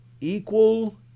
equal